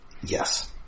Yes